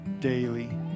daily